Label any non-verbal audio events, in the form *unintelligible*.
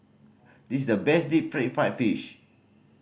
this is the best deep *unintelligible* fried fish